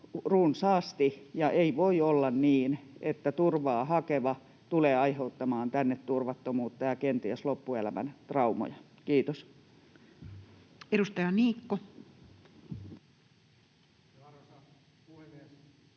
runsaasti. Ja ei voi olla niin, että turvaa hakeva tulee aiheuttamaan tänne turvattomuutta ja kenties loppuelämän traumoja. — Kiitos. [Speech 233]